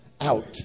out